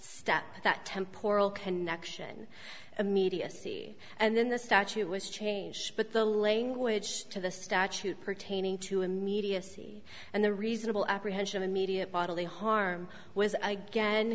step that temp oral connection immediacy and then the statute was changed but the language to the statute pertaining to immediacy and the reasonable apprehension immediate bodily harm was again